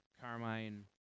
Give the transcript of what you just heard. carmine